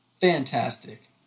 fantastic